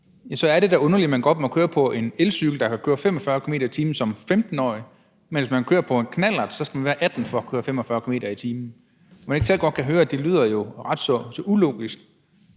så er det da underligt, at man godt må køre på en elcykel, der kan køre 45 km/t., som 15-årig, men hvis man kører på en knallert, skal man være 18 år for at køre 45 km/t. Kan ordføreren ikke godt selv høre, at det jo lyder ret så ulogisk?